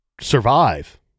survive